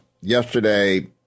yesterday